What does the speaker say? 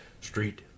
Street